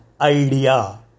idea